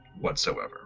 whatsoever